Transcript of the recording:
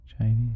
Chinese